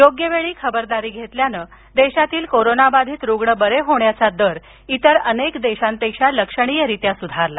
योग्य वेळी खबरदारी घेतल्यानं देशातील कोरोनाबाधित रुग्ण बरे होण्याचा दर इतर अनेक देशांपेक्षा लक्षणीयरीत्या सुधारला